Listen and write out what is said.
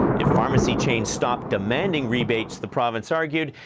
if pharmacy chains stop demanding rebates, the province argued,